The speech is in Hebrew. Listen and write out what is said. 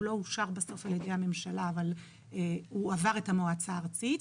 הוא לא אושר בסוף על ידי הממשלה אבל הוא עבר את המועצה הארצית,